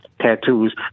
tattoos